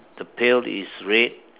the pail is red